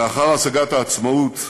לאחר השגת העצמאות,